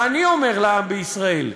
ואני אומר לעם בישראל: